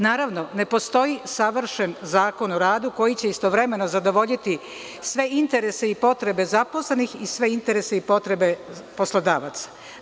Naravno, ne postoji savršen Zakon o radu koji će istovremeno zadovoljiti sve interese i potrebe zaposlenih i sve interese i potrebe poslodavaca.